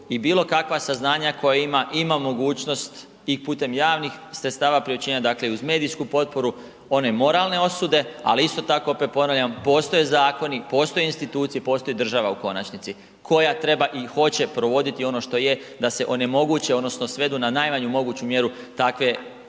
i bilokakva saznanja koja ima, ima mogućnost i putem javnih sredstava priopćenja, dakle i uz medijsku potporu one moralne osude, ali isto tako opet ponavljam, postoje zakoni, postoje institucije, postoji država u konačnici koja treba i hoće provoditi ono što je da se onemoguće odnosno svedu na najmanju moguću mjeru takve,